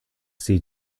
see